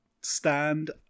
stand